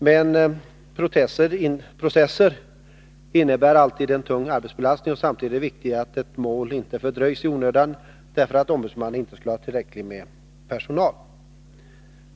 Men processer innebär alltid en tung arbetsbelastning, och samtidigt är det viktigt att ett mål inte fördröjs i onödan därför att ombudsmannen inte har tillräckligt med personal.